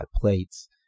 plates